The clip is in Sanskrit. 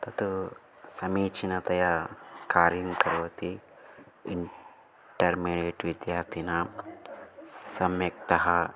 तत् समीचिनतया कार्यं करोति इण्टर्मेट् विद्यार्थिनां सम्यक्तः